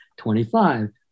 25